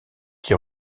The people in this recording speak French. qui